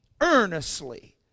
earnestly